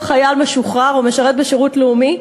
בגליל וברמת-הגולן לכל חייל משוחרר ולכל משרת בשירות לאומי.